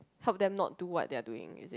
help them not do what they are doing is it